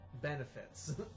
benefits